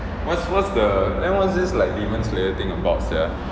what's what's the then what's this like demons layer thing about sia